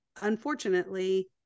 Unfortunately